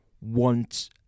want